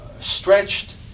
stretched